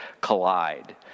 collide